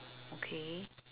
okay